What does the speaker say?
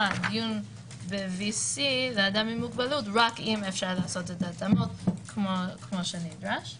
דיון ב-VC לאדם עם מוגבלות רק אם אפשר לעשות את ההתאמות כפי שנדרש.